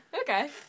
Okay